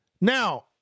Now